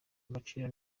agaciro